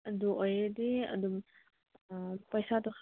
ꯑꯗꯨ ꯑꯣꯏꯔꯗꯤ ꯑꯗꯨꯝ ꯄꯩꯁꯥꯗꯣ